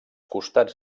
costats